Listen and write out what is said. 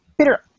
Peter